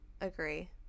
agree